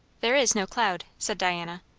there is no cloud, said diana.